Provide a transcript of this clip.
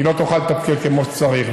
לא תוכל לתפקד כמו שצריך,